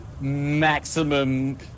maximum